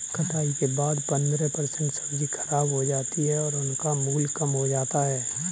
कटाई के बाद पंद्रह परसेंट सब्जी खराब हो जाती है और उनका मूल्य कम हो जाता है